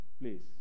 Please